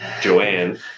Joanne